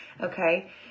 Okay